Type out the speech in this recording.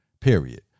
Period